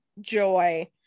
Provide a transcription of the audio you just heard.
joy